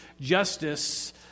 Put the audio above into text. justice